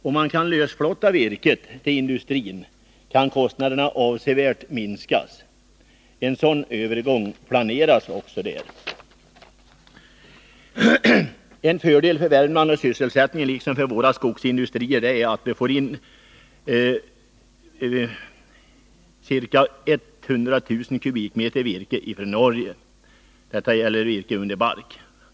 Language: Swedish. Om man kan lösflotta virket till industrin kan kostnaderna avsevärt minskas. En sådan övergång planeras också. En fördel för Värmland och sysselsättningen liksom för våra skogsindustrier är att vi från Norge får in ca 100 000 m? virke under bark per år.